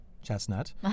Chestnut